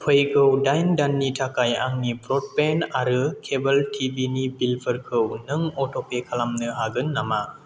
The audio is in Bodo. फैगौ दाइन दाननि थाखाय आंनि ब्र'डबेन्ड आरो केबोल टिभिनि बिलफोरखौ नों अट'पे खालामनो हागोन नामा